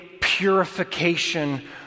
purification